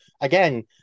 again